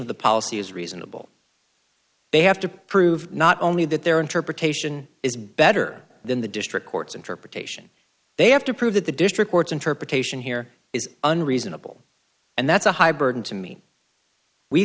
of the policy is reasonable they have to prove not only that their interpretation is better than the district court's interpretation they have to prove that the district court's interpretation here is unreasonable and that's a high burden to me we